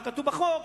מה כתוב בחוק,